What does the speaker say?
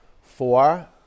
Four